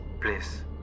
please